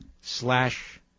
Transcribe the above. slash